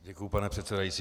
Děkuji, pane předsedající.